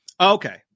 okay